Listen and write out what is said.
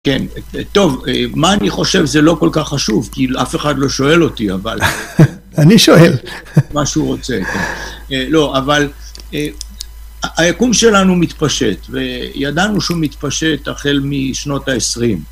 כן, טוב, מה אני חושב זה לא כל כך חשוב, כי אף אחד לא שואל אותי, אבל... אני שואל. מה שהוא רוצה. לא, אבל היקום שלנו מתפשט, וידענו שהוא מתפשט החל משנות ה-20.